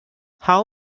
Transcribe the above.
how